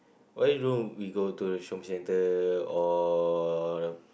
why don't we go to the shopping center or